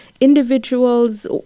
Individuals